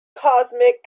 cosmic